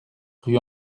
rue